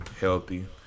healthy